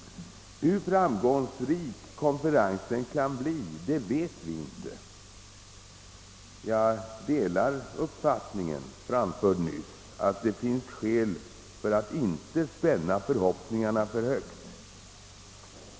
Hur framgångsrik konferensen kan bli, vet vi inte. Jag delar den nyss framförda uppfattningen att det finns skäl för att inte spänna förhoppningarna för högt.